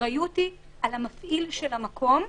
שהאחריות היא על מפעיל המקום,